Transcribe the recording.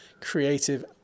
creative